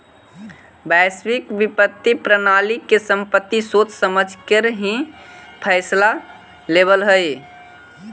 वैश्विक वित्तीय प्रणाली की समिति सोच समझकर ही फैसला लेवअ हई